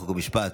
חוק ומשפט,